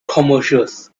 commercials